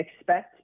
expect